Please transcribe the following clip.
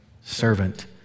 servant